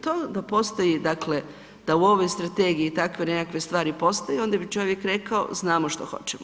To da postoji, dakle da u ovoj strategiji takve nekakve stvari postoje, onda bi čovjek rekao, znamo što hoćemo.